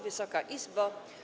Wysoka Izbo!